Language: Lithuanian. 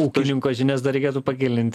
ūkininko žinias dar reikėtų pagirt